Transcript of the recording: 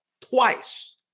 twice